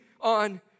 on